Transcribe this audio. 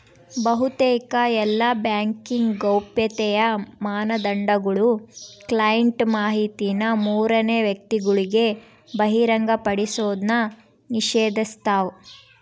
ಬಹುತೇಕ ಎಲ್ಲಾ ಬ್ಯಾಂಕಿಂಗ್ ಗೌಪ್ಯತೆಯ ಮಾನದಂಡಗುಳು ಕ್ಲೈಂಟ್ ಮಾಹಿತಿನ ಮೂರನೇ ವ್ಯಕ್ತಿಗುಳಿಗೆ ಬಹಿರಂಗಪಡಿಸೋದ್ನ ನಿಷೇಧಿಸ್ತವ